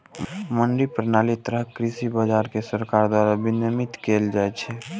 मंडी प्रणालीक तहत कृषि बाजार कें सरकार द्वारा विनियमित कैल जाइ छै